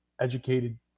educated